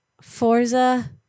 Forza